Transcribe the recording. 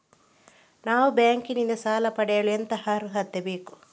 ನಾವು ಬ್ಯಾಂಕ್ ನಿಂದ ಸಾಲ ಪಡೆಯಲು ಎಂತ ಅರ್ಹತೆ ಬೇಕು?